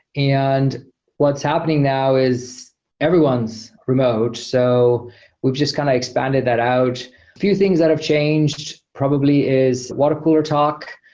and what's happening now is everyone's remote. so we've just kind of expanded that out. a few things that have changed probably is water cooler talk,